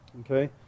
Okay